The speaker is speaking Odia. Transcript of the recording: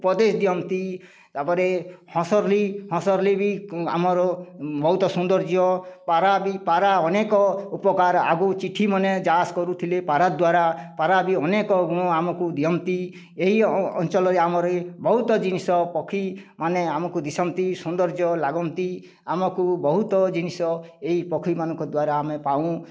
ଉପଦେଶ ଦିଅନ୍ତି ତା'ପରେ ହଂସରଲି ହଂସରଲି ବି ଆମର ବହୁତ ସୌନ୍ଦର୍ଯ୍ୟ ପାରା ବି ପାରା ଅନେକ ଉପକାର ଆଗକୁ ଚିଠିମାନେ ଯାଆସ କରୁଥିଲେ ପାରା ଦ୍ୱାରା ପାରା ବି ଅନେକ ଗୁଣ ଆମକୁ ଦିଅନ୍ତି ଏହି ଅଞ୍ଚଳରେ ଆମର ବହୁତ ଜିନିଷ ପକ୍ଷୀମାନେ ଆମକୁ ଦିଶନ୍ତି ସୌନ୍ଦର୍ଯ୍ୟ ଲାଗନ୍ତି ଆମକୁ ବହୁତ ଜିନିଷ ଏଇ ପକ୍ଷୀମାନଙ୍କ ଦ୍ୱୀରା ଆମେ ପାଉ